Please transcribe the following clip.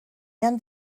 end